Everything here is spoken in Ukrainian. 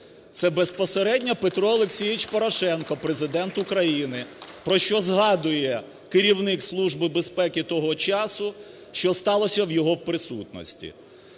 це безпосередньо Петро Олексійович Порошенко – Президент України, про що згадує керівник Служби безпеки того часу, що сталося в його присутності.